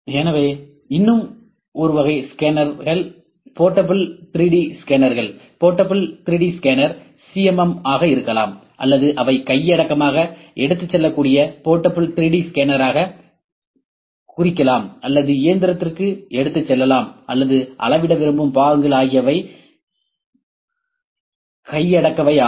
எனவே இன்னும் ஒரு வகை scanner portable 3 D scanner portable 3டி ஸ்கேனர் சிஎம்எம் ஆக இருக்கலாம் அல்லது அவை கையடக்கமாக எடுத்துச் செல்லக்கூடிய போர்ட்டபிள் 3டி ஸ்கேனராகக் குறிக்கலாம் அல்லது இயந்திரத்திற்கு எடுத்துச் செல்லலாம் அல்லது அளவிட விரும்பும் பாகங்கள் ஆகியவை கையடக்கவை ஆகும்